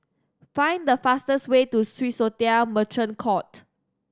find the fastest way to Swissotel Merchant Court